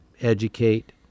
educate